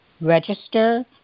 register